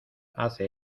hace